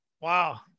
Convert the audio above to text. Wow